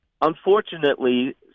Unfortunately